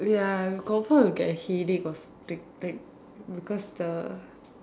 ya I confirm will get a headache or something because the